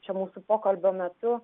čia mūsų pokalbio metu